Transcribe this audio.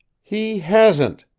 he hasn't!